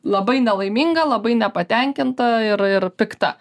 labai nelaiminga labai nepatenkinta ir ir pikta